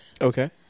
Okay